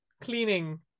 cleaning